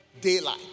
daylight